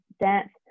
dance